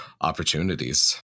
opportunities